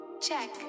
check